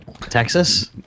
Texas